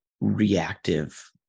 reactive